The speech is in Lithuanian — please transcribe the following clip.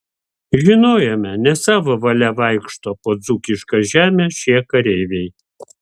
žinojome ne savo valia vaikšto po dzūkišką žemę šie kareiviai